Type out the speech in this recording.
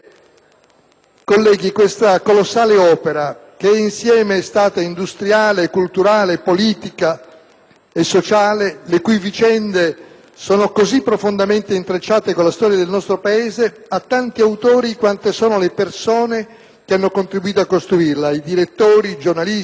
colleghi, questa colossale opera, che insieme è stata industriale, culturale, politica e sociale, le cui vicende sono così profondamente intrecciate con la storia del nostro Paese, ha tanti autori quante sono le persone che hanno contribuito a costruirla (direttori, giornalisti,